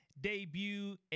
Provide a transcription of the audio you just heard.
debut